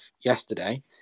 yesterday